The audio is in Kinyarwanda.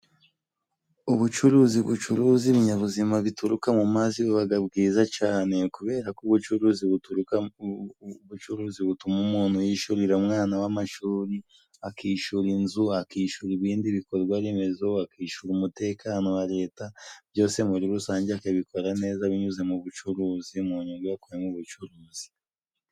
Ubucuruzi bucuruza ibinyabuzima bituruka mu mazi bubaga bwiza cane, kubera ko ubucuruzi buturuka, ubucuruzi butuma umuntu yishurira umwana we amashuri, akishura inzu, akishura ibindi bikorwa remezo, akishura umutekano wa Leta, byose muri rusange akabikora neza binyuze mu bucuruzi mu nyungu yakuye mu bucuruzi.